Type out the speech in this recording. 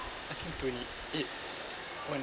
I think twenty eight when